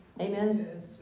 Amen